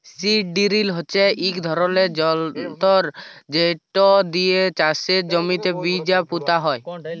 seed drill হচ্যে ইক ধরলের যনতর যেট দিয়ে চাষের জমিতে বীজ পুঁতা হয়